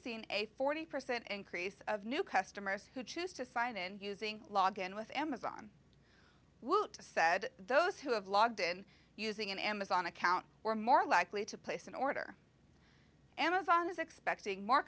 seen a forty percent increase of new customers who choose to sign in using logon with amazon woot said those who have logged in using an amazon account or more likely to place an order amazon is expecting more